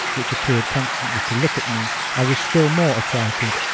which appeared constantly to look at me, i was still more affrighted,